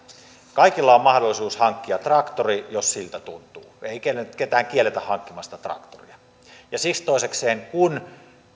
kaikilla on mahdollisuus hankkia traktori jos siltä tuntuu ei ketään kielletä hankkimasta traktoria ja siksi toisekseen kun